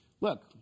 Look